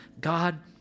God